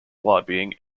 lobbying